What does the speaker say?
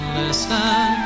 listen